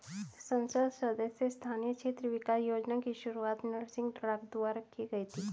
संसद सदस्य स्थानीय क्षेत्र विकास योजना की शुरुआत नरसिंह राव द्वारा की गई थी